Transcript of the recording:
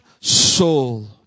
soul